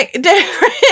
Different